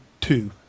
two